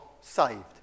saved